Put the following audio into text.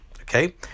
Okay